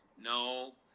No